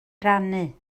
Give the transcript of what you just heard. rannu